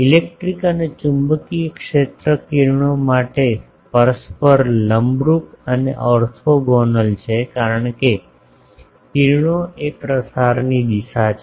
electric અને ચુંબકીય ક્ષેત્ર કિરણો માટે પરસ્પર લંબરૂપ અને ઓર્થોગોનલ છે કારણ કે કિરણો એ પ્રસારની દિશા છે